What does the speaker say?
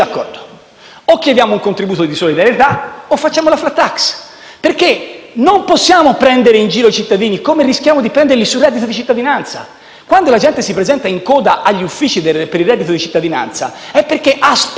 o chiediamo il contributo di solidarietà o facciamo la *flat tax*, perché non possiamo prendere in giro i cittadini come rischiamo di fare sul reddito di cittadinanza. Quando la gente si presenta in coda agli uffici per avere il reddito di cittadinanza è perché aspetta